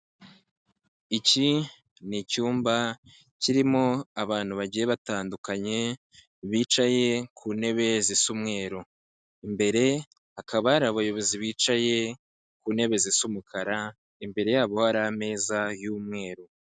Iki ni icyumba kirimo abantu bagiye batandukanye bicaye ku ntebe zisa umweru, imbere hakaba hari abayobozi bicaye ku ntebe zisa umukara, imbere yabo hari ameza y'umweru.